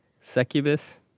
succubus